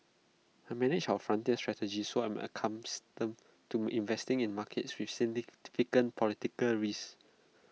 I manage our frontier strategy so I'm accustomed to investing in markets with significant political risk